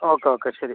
okay okay ശരി